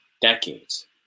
decades